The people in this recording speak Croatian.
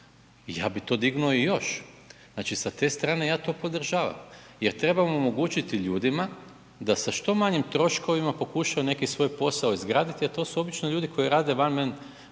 ja bi to dignuo i još. Znači sa te strane ja to podržavam jer trebamo omogućiti ljudima da sa što manjim troškovima pokušaju neki svoj posao izgraditi, a to su obično ljudi koji rade one man